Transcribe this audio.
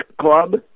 club